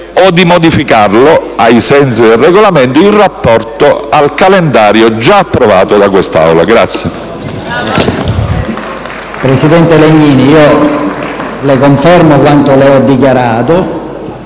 Presidente Legnini, le confermo quanto ho già dichiarato.